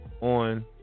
on